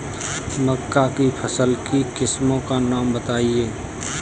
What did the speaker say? मक्का की फसल की किस्मों का नाम बताइये